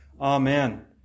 Amen